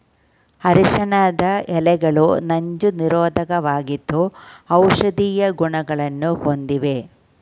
ಅರಿಶಿಣದ ಎಲೆಗಳು ನಂಜು ನಿರೋಧಕವಾಗಿದ್ದು ಔಷಧೀಯ ಗುಣಗಳನ್ನು ಹೊಂದಿವೆ